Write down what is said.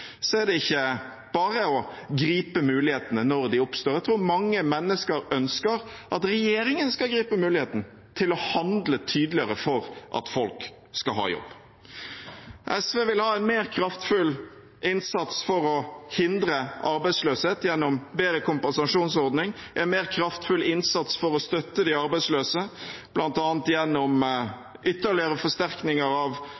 er det ikke bare å gripe mulighetene når de oppstår. Jeg tror mange mennesker ønsker at regjeringen skal gripe muligheten til å handle tydeligere for at folk skal ha jobb. SV vil ha en mer kraftfull innsats for å hindre arbeidsløshet, gjennom bedre kompensasjonsordning, en mer kraftfull innsats for å støtte de arbeidsløse, bl.a. gjennom ytterligere forsterkninger av